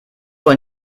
wohl